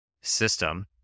system